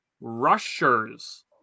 rushers